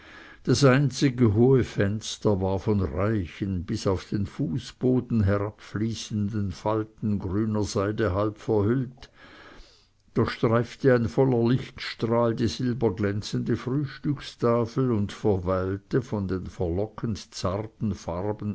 das einzige hohe fenster war von reichen bis auf den fußboden herabfließenden falten grüner seide halb verhüllt doch streifte ein voller lichtstrahl die silberglänzende frühstückstafel und verweilte von den verlockend zarten farben